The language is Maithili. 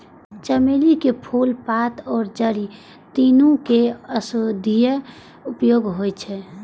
चमेली के फूल, पात आ जड़ि, तीनू के औषधीय उपयोग होइ छै